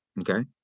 Okay